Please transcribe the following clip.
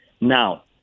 Now